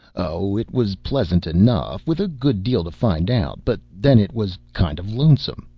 oh, it was pleasant enough, with a good deal to find out, but then it was kind of lonesome,